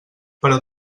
però